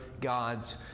God's